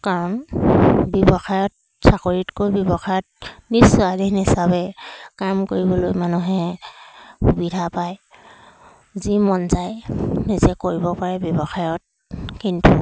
কাৰণ ব্যৱসায়ত চাকৰিতকৈ ব্যৱসায়ত নিশ্চয় স্ৱাধীন হিচাপে কাম কৰিবলৈ মানুহে সুবিধা পায় যি মন যায় নিজে কৰিব পাৰে ব্যৱসায়ত কিন্তু